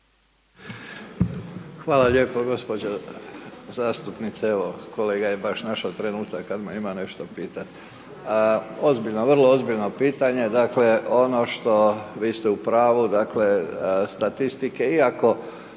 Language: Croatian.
Hvala lijepo gospođo zastupnice, evo, kolega je baš našao trenutak kada me ima nešto pitati. Ozbiljno, vrlo ozbiljno pitanje, dakle, ono što vi ste u pravu, dakle, statistike, iako